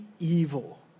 evil